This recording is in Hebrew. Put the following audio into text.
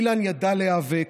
אילן ידע להיאבק,